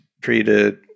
treated